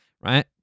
right